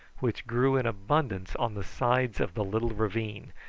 which grew in abundance on the sides of the little ravine,